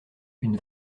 une